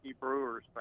Brewers